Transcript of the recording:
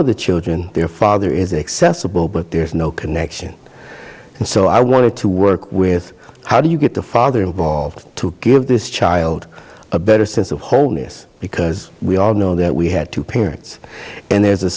of the children their father is accessible but there's no connection and so i wanted to work with how do you get the father involved to give this child a better sense of wholeness because we all know that we had two parents and there's a